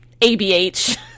ABH